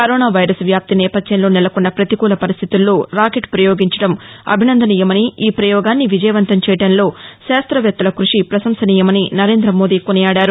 corona virus వ్యాప్తి నేపథ్యంలో నెలకొన్న ప్రపతికూల పరిస్థితుల్లో రాకెట్ ప్రయోగించడం అభిసందనీయమని ఈ ప్రయోగాన్ని విజయవంతం చేయడంలో శాస్త్రవేత్తల క్బషి పశంసనీయమని నరేందమోదీ కొనియాడారు